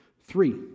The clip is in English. three